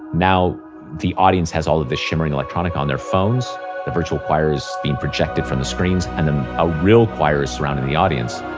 now the audience has all of the shimmering electronica on their phones, the virtual choir is being projected from the screens, and then a real choir is surrounding the audience.